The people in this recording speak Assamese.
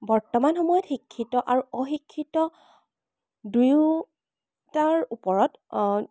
বৰ্তমান সময়ত শিক্ষিত আৰু অশিক্ষিত দুয়োটাৰ ওপৰত